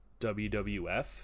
WWF